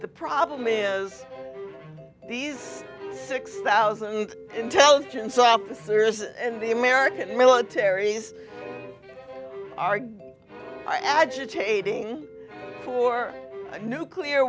the problem is these six thousand intelligence officers in the american military are by agitating for nuclear